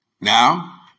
now